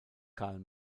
karl